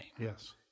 Yes